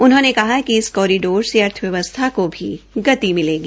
उन्होंने कहा कि इस कोरिडोर से अर्थव्यवस्था को भी गति मिलेगी